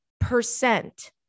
percent